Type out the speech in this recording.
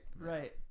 Right